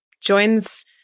joins